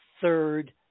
third